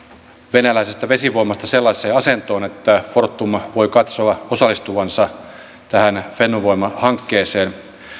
venäläisestä vesivoimasta sellaiseen asentoon että fortum voi katsoa osallistuvansa tähän fennovoima hankkeeseen